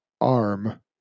arm